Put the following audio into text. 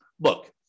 look